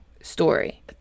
story